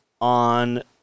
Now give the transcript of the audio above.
on